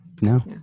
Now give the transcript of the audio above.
No